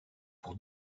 pour